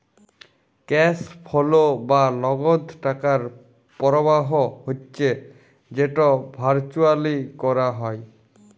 cash flow বা লগদ টাকার পরবাহ হচ্যে যেট ভারচুয়ালি ক্যরা হ্যয়